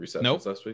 Nope